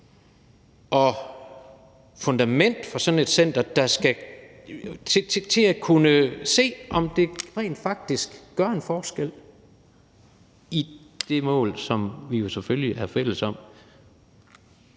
og fundament for sådan et center i forhold til at kunne se, om det rent faktisk gør en forskel med hensyn til det mål, som vi jo selvfølgelig er fælles om